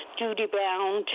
duty-bound